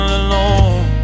alone